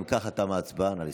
אם ככה, תמה ההצבעה, נא לספור.